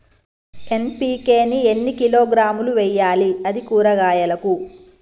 NPK ని ఎన్ని కిలోగ్రాములు వెయ్యాలి? అది కూరగాయలకు?